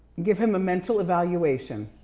give him a mental evaluation.